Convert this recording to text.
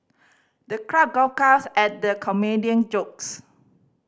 the crowd guffawed at the comedian jokes